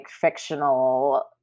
fictional